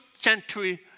century